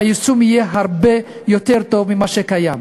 היישום יהיה, הרבה יותר טוב ממה שקיים.